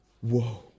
Whoa